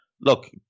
look